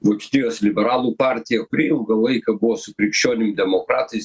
vokietijos liberalų partija kuri ilgą laiką buvo su krikščionim demokratais